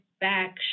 back